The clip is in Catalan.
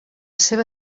seva